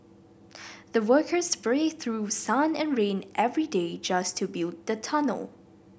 the workers braved through sun and rain every day just to build the tunnel